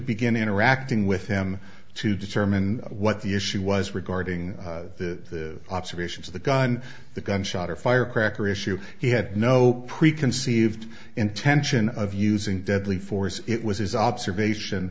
begin interacting with him to determine what the issue was regarding the observations of the gun the gun shot or firecracker issue he had no preconceived intention of using deadly force it was his observation